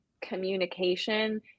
communication